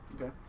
Okay